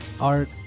art